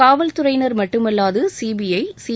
காவல்துறையினர் மட்டுமல்லாது CBI C